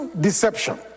deception